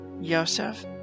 Yosef